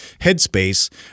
headspace